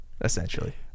essentially